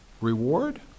reward